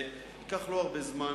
וייקח לא הרבה זמן